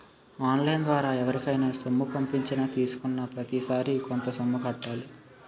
on line ద్వారా ఎవరికైనా సొమ్ము పంపించినా తీసుకున్నాప్రతిసారి కొంత సొమ్ము కట్టాలి